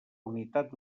unitat